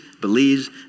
believes